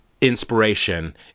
inspiration